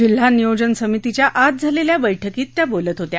जिल्हा नियोजन समितीच्या आज झालेल्या बैठकीत त्या बोलत होत्या